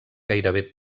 gairebé